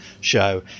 show